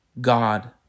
god